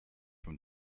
from